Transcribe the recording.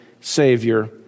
savior